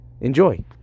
enjoy